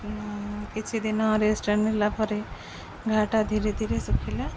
କିଛିଦିନ ରେଷ୍ଟ୍ ନେଲା ପରେ ଘାଆଟା ଧୀରେ ଧୀରେ ଶୁଖିଲା